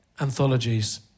anthologies